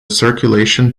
circulation